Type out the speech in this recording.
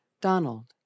Donald